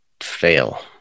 fail